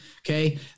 okay